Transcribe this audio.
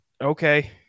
okay